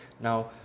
now